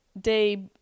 de